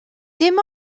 dim